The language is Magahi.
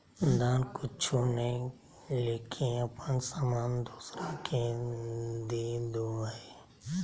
दान कुछु नय लेके अपन सामान दोसरा के देदो हइ